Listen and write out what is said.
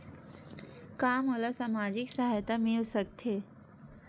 का मोला सामाजिक सहायता मिल सकथे?